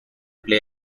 play